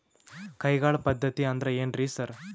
ಕೈಗಾಳ್ ಪದ್ಧತಿ ಅಂದ್ರ್ ಏನ್ರಿ ಸರ್?